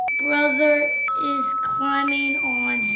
brother is climbing on